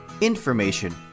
information